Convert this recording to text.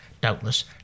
Doubtless